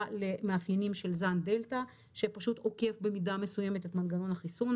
למאפיינים של זן הדלתא שפשוט עוקף במידה מסוימת את מנגנון החיסון,